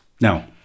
Now